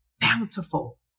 bountiful